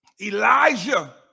Elijah